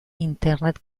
internet